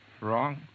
Wrong